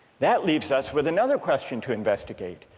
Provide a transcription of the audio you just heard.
that leaves us with another question to investigate,